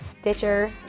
Stitcher